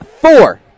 four